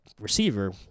receiver